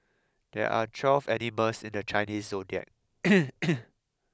there are twelve animals in the Chinese zodiac